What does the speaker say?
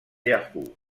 yahoo